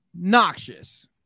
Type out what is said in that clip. Noxious